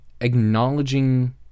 acknowledging